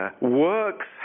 works